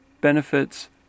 benefits